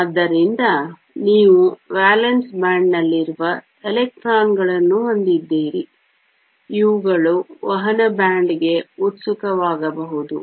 ಆದ್ದರಿಂದ ನೀವು ವೇಲೆನ್ಸಿ ಬ್ಯಾಂಡ್ನಲ್ಲಿರುವ ಎಲೆಕ್ಟ್ರಾನ್ಗಳನ್ನು ಹೊಂದಿದ್ದೀರಿ ಇವುಗಳು ವಹನ ಬ್ಯಾಂಡ್ಗೆ ಉತ್ಸುಕವಾಗಬಹುದು